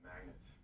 magnets